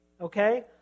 Okay